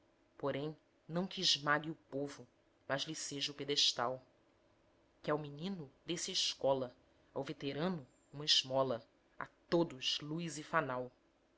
porém não que esmague o povo mas lhe seja o pedestal que ao menino dê-se a escola ao veterano uma esmola a todos luz e fanal